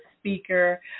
speaker